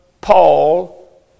Paul